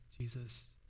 Jesus